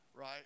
Right